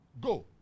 go